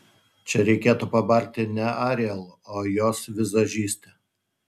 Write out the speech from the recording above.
čia reikėtų pabarti ne ariel o jos vizažistę